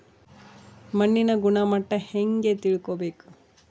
ಮಣ್ಣಿನ ಗುಣಮಟ್ಟ ಹೆಂಗೆ ತಿಳ್ಕೊಬೇಕು?